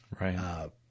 right